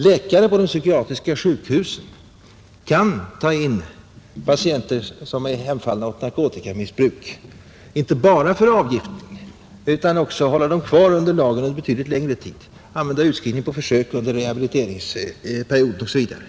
Läkare på de psykiatriska sjukhusen kan ta in patienter som är hemfallna åt narkotikamissbruk inte bara för avgiftning utan de kan också hålla dem kvar enligt lagen en betydligt längre tid, använda utskrivning på försök under rehabiliteringsperioden osv.